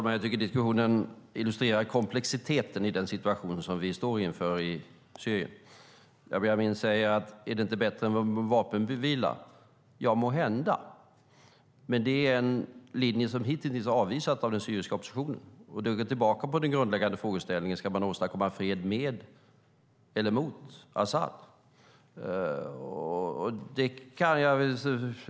Herr talman! Diskussionen illustrerar komplexiteten i den situation i Syrien som vi står inför. Jabar Amin säger: Är det inte bättre med vapenvila? Måhända, men det är en linje som hitintills avvisats av den syriska oppositionen. Då är vi tillbaka i den grundläggande frågeställningen: Ska man åstadkomma fred med eller mot al-Asad?